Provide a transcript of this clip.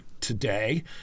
today